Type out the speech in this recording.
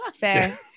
Fair